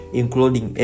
including